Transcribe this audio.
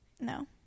no